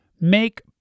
make